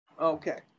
Okay